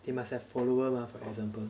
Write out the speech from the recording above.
they must have follower lah for example